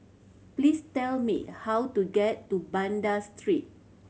please tell me how to get to Banda Street